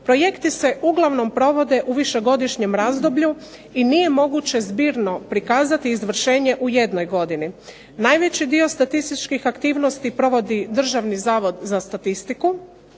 Projekti se uglavnom provode u višegodišnjem razdoblju i nije moguće zbirno prikazati izvršenje u jednoj godini. Najveći dio statističkih aktivnosti provodi Državni zavod za statistiku